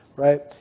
right